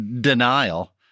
Denial